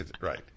right